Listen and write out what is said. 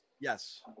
Yes